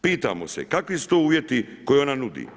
Pitamo se kakvi su to uvjeti koje ona nudi?